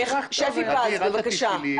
שפי פז, בבקשה.